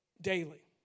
daily